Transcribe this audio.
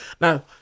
now